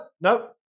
nope